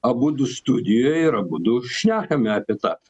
abudu studijoj ir abudu šnekame apie tą